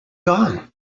gone